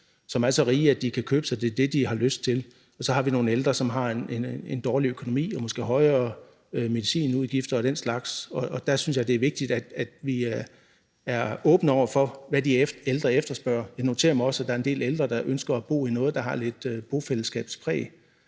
som er så rige, at de kan købe sig til det, de har lyst til, og så har vi nogle ældre, som har en dårlig økonomi og måske højere medicinudgifter og den slags. Der synes jeg, det er vigtigt, at vi er åbne over for, hvad de ældre efterspørger. Jeg noterer mig også, at der er en del ældre, der ønsker at bo i noget, der har lidt bofællesskabspræg.